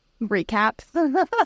recap